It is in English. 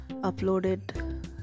uploaded